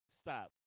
Stop